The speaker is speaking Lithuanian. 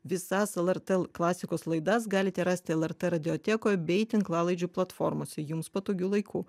visas lrt klasikos laidas galite rasti lrt radijotekoj bei tinklalaidžių platformose jums patogiu laiku